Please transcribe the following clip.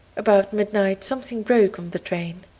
about midnight something broke on the train,